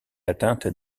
atteinte